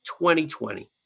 2020